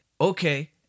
Okay